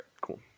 cool